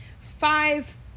five